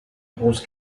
bruce